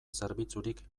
zerbitzurik